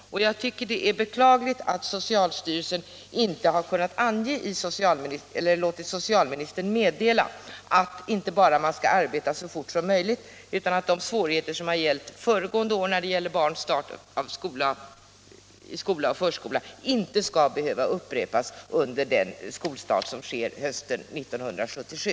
Det är beklagligt att socialstyrelsen inte har kunnat meddela socialministern att man inte bara skall arbeta så fort som möjligt utan också att de svårigheter som förelåg föregående år i fråga om barns skolstart och inträde i förskola inte skall behöva upprepas under den skolstart som sker hösten 1977.